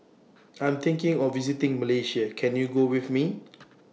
I Am thinking of visiting Malaysia Can YOU Go with Me